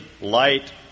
light